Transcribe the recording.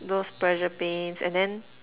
those pressure pains and then